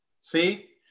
See